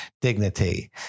dignity